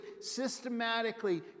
systematically